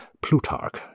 Plutarch